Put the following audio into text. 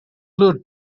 lured